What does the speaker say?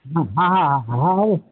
হ্যাঁ হ্যাঁ হ্যাঁ হ্যাঁ হ্যাঁ হ্যাঁ হ্যাঁ